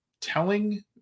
telling